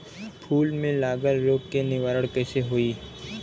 फूल में लागल रोग के निवारण कैसे होयी?